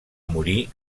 morir